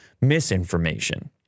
misinformation